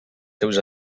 seus